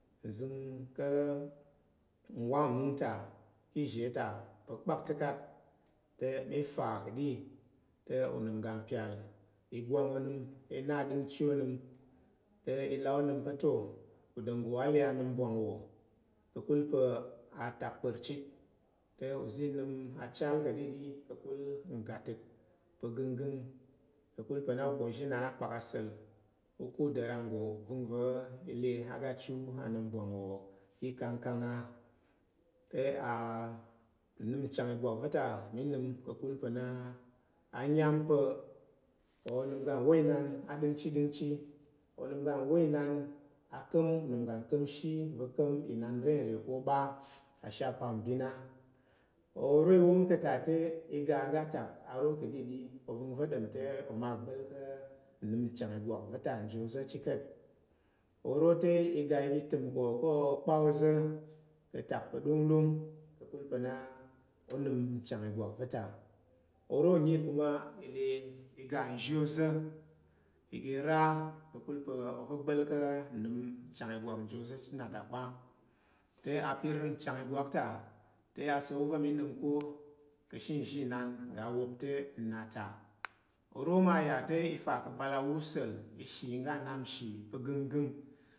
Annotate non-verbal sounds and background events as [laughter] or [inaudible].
Zəng ka̱ wa mwo ta ka̱ za̱ ta pa̱ pak te ka̱t te mi ta kaɗi ta unəm ga mpyal igwan onəm i na aɗəngchi onəm te i là onəm pa̱ ta̱ udanggo a le anungbwan wo ka̱kul pa̱ atak pa̱r chit te uza̱ nəm a chal ka̱ɗiɗi ka̱kul ngga tak pa̱ gənggəng ka̱kul pa̱ na uponzninan a pak asa̱l u ko danggo go uvəngva̱ i le aga chu anung bwan wo ka̱ ikangkang a te [hesitation] nəm bwan nchang igwak va̱ta nənəm ka̱kul pa̱ na a nyam pa onəm ga wa inan ɗəngchi ɗəngchi onəm ga wa lnan a kang unəm ga nka̱mshi va̱ ƙa̱m inan rere ko ɓa ka̱ shi apambin a oro i won ka̱ ta te aga aga atak ro ka̱ɗiɗi ova̱ngva̱ nɗom te oma gba̱l ka̱ nəm igwak va̱ta nji oza̱ chit ka̱t oro te iga təm ko, ko opo oza̱ ka̱ atak pa̱ dongdong ka̱kul pa̱ na onəm nchang ìgwak va̱ta oro nyi kuma le iga nzhi oza̱ iga ra ka̱kul pa̱ ova̱ ɓa i ka̱ nnəm chang igwak nyi oza̱ chit na ta pa̱ te ipin nchang igwak ta te asa̱l wo va̱ nənəm ka̱ ka̱ ashe nzhi inan ga wop te na ta oro ma ya te i ta ka̱ apal awo sa̱l ishi ngga nnap nshi pa̱ gənggəng